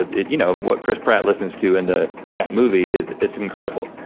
ah you know, what chris pratt listens to in the yeah movie, it's it's incredible.